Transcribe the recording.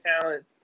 talent